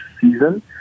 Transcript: season